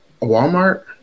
Walmart